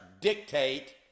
dictate